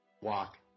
walk